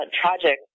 tragic